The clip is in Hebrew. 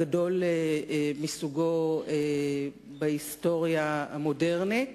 הגדול מסוגו בהיסטוריה המודרנית